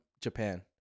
japan